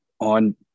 on